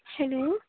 hello